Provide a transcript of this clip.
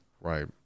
Right